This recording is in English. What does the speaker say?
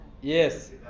Yes